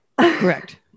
Correct